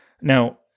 Now